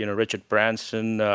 you know richard branson,